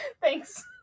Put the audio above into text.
thanks